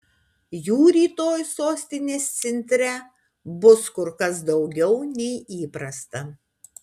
jų rytoj sostinės centre bus kur kas daugiau nei įprasta